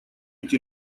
эти